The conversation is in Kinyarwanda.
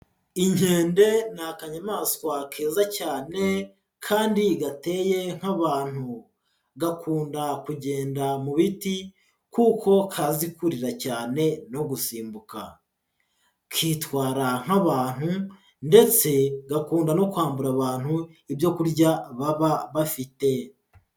Inkende ni akanyamaswa keza cyane, kandi gateye nk'abantu. Gakunda kugenda mu biti kuko kazi kurira cyane no gusimbuka. Kitwara nk'abantu ndetse gakunda no kwambura abantu ibyo kurya baba bafite.